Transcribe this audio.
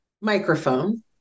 microphone